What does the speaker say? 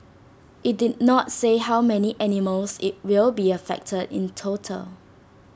IT did not say how many animals IT will be affected in total